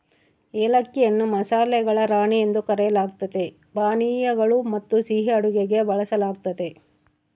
ಏಲಕ್ಕಿಯನ್ನು ಮಸಾಲೆಗಳ ರಾಣಿ ಎಂದು ಕರೆಯಲಾಗ್ತತೆ ಪಾನೀಯಗಳು ಮತ್ತುಸಿಹಿ ಅಡುಗೆಗೆ ಬಳಸಲಾಗ್ತತೆ